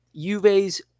Juve's